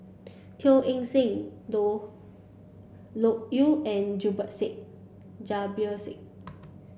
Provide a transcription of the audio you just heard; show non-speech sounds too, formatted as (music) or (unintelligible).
Teo Eng Seng Loke Loke Yew and (unintelligible) Said Jabir Said